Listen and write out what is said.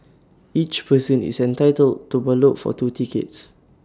each person is entitled to ballot for two tickets